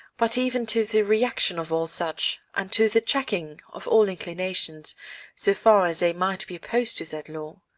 but even to the rejection of all such, and to the checking of all inclinations so far as they might be opposed to that law.